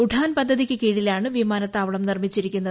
ഉഡാൻ പദ്ധതിക്കു കീഴിലാണ് വിമാനത്തവളം നിർമ്മിച്ചിരിക്കുന്നത്